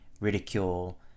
ridicule